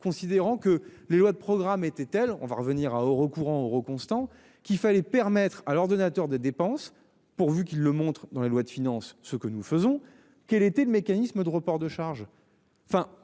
considérant que les lois de programme était-elle. On va revenir à au recours, en euros constants, qu'il fallait permettre à l'ordonnateur des dépenses pourvu qu'il le montre dans la loi de finances, ce que nous faisons. Quel était le mécanisme de reports de charges